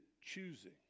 choosing